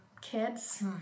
kids